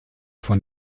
von